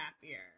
happier